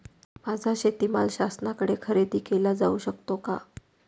माझा शेतीमाल शासनाकडे खरेदी केला जाऊ शकतो का?